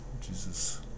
Jesus